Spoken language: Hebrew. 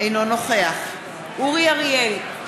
אינו נוכח אורי אריאל,